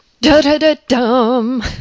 Da-da-da-dum